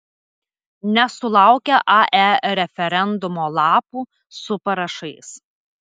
nesulaukia ae referendumo lapų su parašais